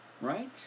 Right